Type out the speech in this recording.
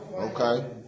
Okay